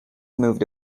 moved